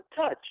touch